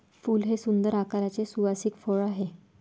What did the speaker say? फूल हे सुंदर आकाराचे सुवासिक फळ आहे